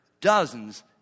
dozens